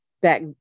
back